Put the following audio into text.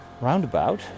roundabout